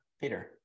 peter